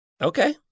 Okay